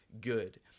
good